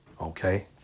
Okay